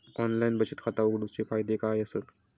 Online बचत खाता उघडूचे फायदे काय आसत?